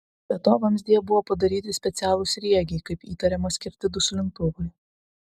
be to vamzdyje buvo padaryti specialūs sriegiai kaip įtariama skirti duslintuvui